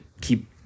keep